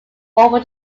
over